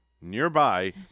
nearby